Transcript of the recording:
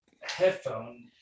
headphone